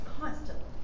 constantly